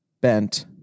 bent